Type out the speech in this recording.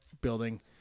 building